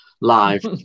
live